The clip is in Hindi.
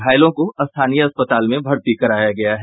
घायलों को स्थानीय अस्पताल में भर्ती कराया गया है